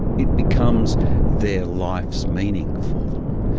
it becomes their life's meaning for them,